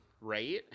right